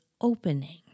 opening